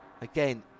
again